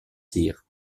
tire